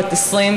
בת 21,